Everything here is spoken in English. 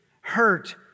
hurt